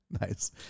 Nice